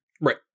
Right